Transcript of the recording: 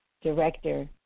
director